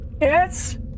Yes